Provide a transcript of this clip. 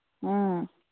ꯎꯝ